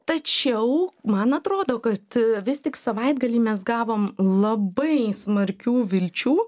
tačiau man atrodo kad vis tik savaitgalį mes gavom labai smarkių vilčių